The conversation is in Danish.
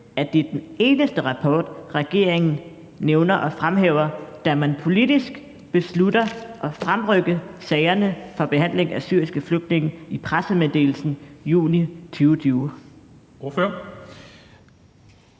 at det er den eneste rapport, regeringen nævner og fremhæver, da man politisk beslutter at fremrykke behandlingen af sagerne om de syriske flygtninge i pressemeddelelsen i juni 2020? Kl.